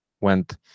went